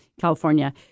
California